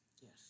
Yes